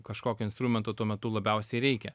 kažkokio instrumento tuo metu labiausiai reikia